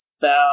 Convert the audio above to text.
found